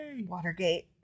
watergate